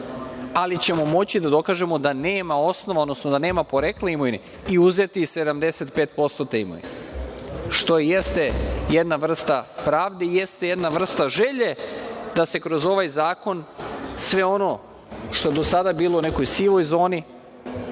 ali ćemo moći da dokažemo da nema osnova, odnosno da nema porekla imovine i uzeti 75% te imovine, što jeste jedna vrsta pravde i jeste jedna vrsta želje da se kroz ovaj zakon sve ono što je do sada bilo u nekoj sivoj zoni